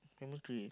chemistry